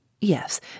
Yes